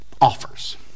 offers